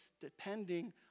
depending